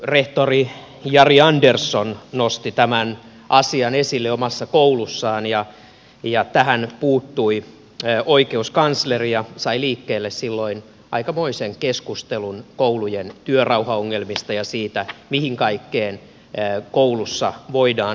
rehtori jari andersson nosti tämän asian esille omassa koulussaan ja tähän puuttui oikeuskansleri ja sai liikkeelle silloin aikamoisen keskustelun koulujen työrauhaongelmista ja siitä mihin kaikkeen koulussa voidaan puuttua